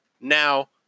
Now